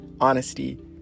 honesty